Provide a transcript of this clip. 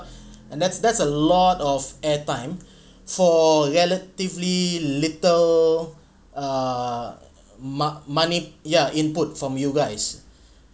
and that's that's a lot of airtime for relatively little a mon~ money input from you guys